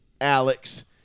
Alex